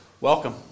Welcome